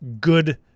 good